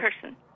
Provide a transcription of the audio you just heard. person